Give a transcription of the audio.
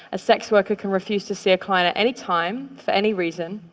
a sex worker can refuse to see a client at any time, for any reason,